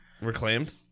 reclaimed